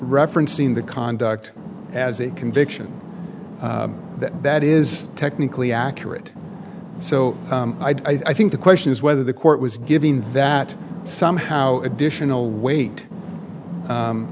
referencing the conduct as a conviction that that is technically accurate so i think the question is whether the court was giving that somehow additional weight